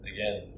Again